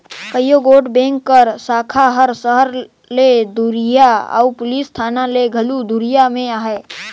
कइयो गोट बेंक कर साखा हर सहर ले दुरिहां अउ पुलिस थाना ले घलो दुरिहां में अहे